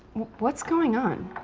what's going on?